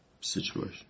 situation